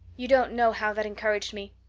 you don't know how that encouraged me.